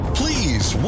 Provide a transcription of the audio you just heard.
please